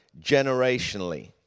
generationally